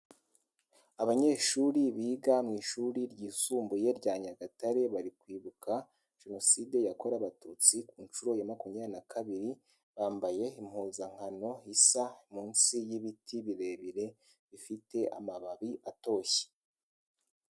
Abanyeshuri biga mu ishuri ryisumbuye rya nyagatare bari kwibuka Jenoside yakorewe abatutsi ku nshuro ya makumyabiri na kabiri, bambaye impuzankano isa munsi y'ibiti birebire bifite amababi atoshye.